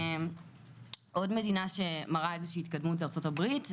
עוד מדינה שמראה התקדמות היא ארצות הברית.